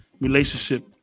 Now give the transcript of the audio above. relationship